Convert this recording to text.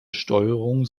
steuerung